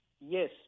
Yes